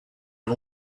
and